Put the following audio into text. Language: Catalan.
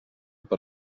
per